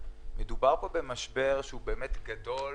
מדובר פה במשבר שהוא באמת גדול